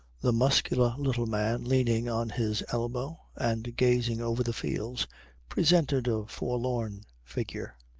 the muscular little man leaning on his elbow and gazing over the fields presented a forlorn figure.